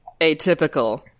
atypical